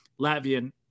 Latvian